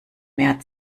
mehr